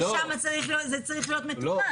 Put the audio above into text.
ששם צריך להיות, זה צריך להיות מתוקן.